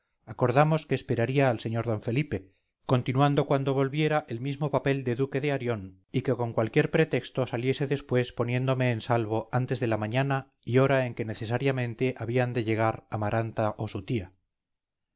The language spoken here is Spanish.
acordamos que esperaría al sr d felipe continuando cuando volviera el mismo papel de duque de arión y que con cualquier pretexto saliese después poniéndome en salvo antes de la mañana y hora en que necesariamente habían de llegar amaranta o su tía